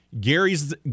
Gary's